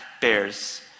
bears